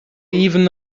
even